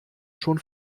schon